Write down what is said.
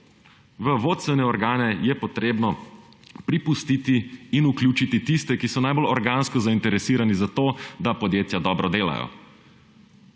V vodstvene organe je treba pripustiti in vključiti tiste, ki so najbolj organsko zainteresirani za to, da podjetja dobro delajo,